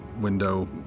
window